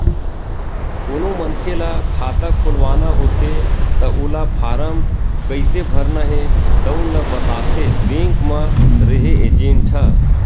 कोनो मनखे ल खाता खोलवाना होथे त ओला फारम कइसे भरना हे तउन ल बताथे बेंक म रेहे एजेंट ह